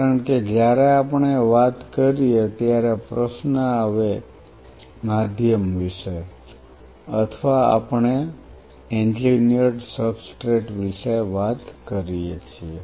કારણ કે જ્યારે આપણે વાત કરીએ ત્યારે પ્રશ્ન આવે માધ્યમ વિશે અથવા આપણે એન્જિનિયર્ડ સબસ્ટ્રેટ વિશે વાત કરીએ છીએ